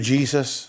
Jesus